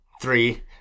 three